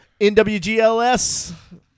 NWGLS